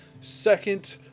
second